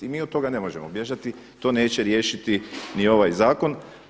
I mi od toga ne možemo bježati, to neće riješiti ni ovaj zakon.